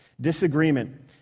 Disagreement